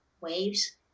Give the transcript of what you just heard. waves